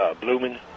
blooming